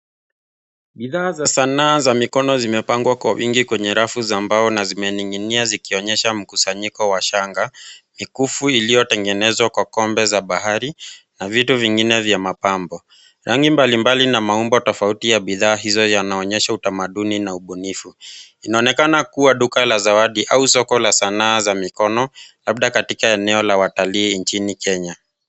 Bidhaa za sanaa za mikono zimepangwa kwa wingi kwenye rafu za mbao na zimeninginia zikionyesha mkusanyiko wa shanga. Mikufu iliyotengenezwa kwa kombe za bahari na vitu vingine vya mapambo. Rangi mbalimbali na maumbo tofauti ya bidhaa hizo yanaonyesha utamaduni na ubunifu. Inaonekana kuwa duka la zawadi au soko la sanaa za mikono labda katika eneo la watalii nchini Kenya.